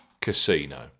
Casino